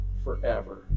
forever